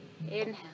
inhale